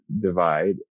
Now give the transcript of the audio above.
divide